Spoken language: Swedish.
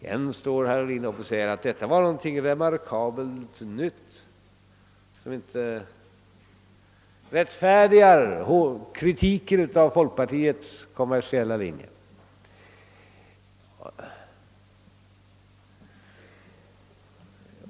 Sedan står herr Ohlin upp och säger att detta var något remarkabelt nytt, som inte rättfärdigar kritiken av folkpartiets kommersiella linje.